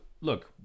look